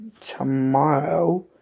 tomorrow